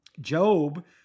Job